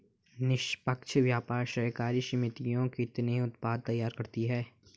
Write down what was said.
निष्पक्ष व्यापार सहकारी समितियां कितने उत्पाद तैयार करती हैं?